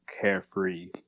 carefree